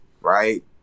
right